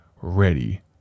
ready